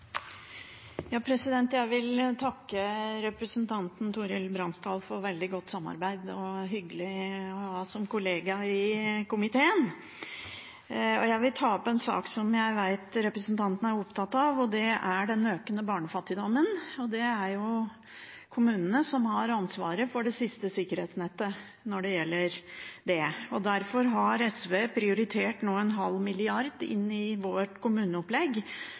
Torhild Brandsdal for veldig godt samarbeid og for å være hyggelig å ha som kollega i komiteen. Jeg vil ta opp en sak som jeg vet at representanten er opptatt av, og det er den økende barnefattigdommen. Det er jo kommunene som har ansvaret for det siste sikkerhetsnettet når det gjelder det. Derfor har SV nå prioritert en halv milliard i vårt kommuneopplegg